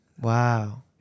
Wow